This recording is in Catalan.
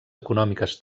econòmiques